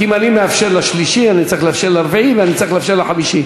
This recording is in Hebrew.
כי אם אני מאפשר לשלישי אני צריך לאפשר לרביעי ואני צריך לאפשר לחמישי.